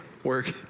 Work